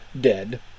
dead